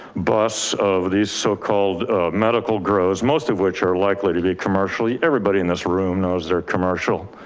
bust of these so called medical grows, most of which are likely to be commercially, everybody in this room knows they're commercial.